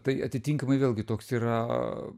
tai atitinkamai vėlgi toks yra